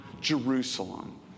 Jerusalem